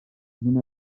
non